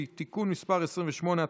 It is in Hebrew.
אגרות והוצאות (תיקון מס' 22),